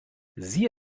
sie